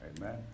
Amen